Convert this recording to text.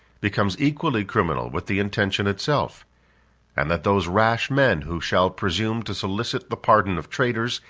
becomes equally criminal with the intention itself and that those rash men, who shall presume to solicit the pardon of traitors,